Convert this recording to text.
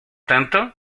tanto